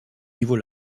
niveau